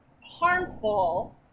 harmful